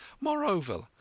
Moreover